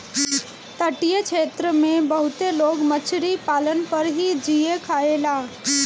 तटीय क्षेत्र में बहुते लोग मछरी पालन पर ही जिए खायेला